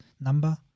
number